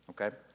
Okay